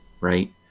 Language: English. right